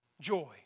Joy